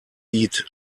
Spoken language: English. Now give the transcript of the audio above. eat